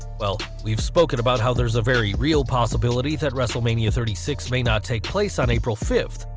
well we've spoken about how there's a very real possibility that wrestlemania thirty six may not take place on april fifth,